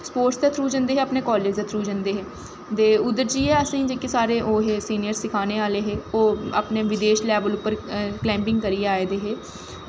sports दे through जंदे हे अपने कालेज दे थ्रू जंदे हे ते उद्धर जाइयै असेंगी साढ़े जेह्के ओह् हे सिनियर सखाने आह्ले हे ओह् अपने विदेश लैवल उप्पर कलाईंबिंग करियै आई दे हे